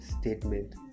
statement